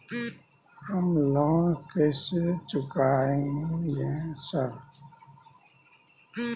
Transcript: हम लोन कैसे चुकाएंगे सर?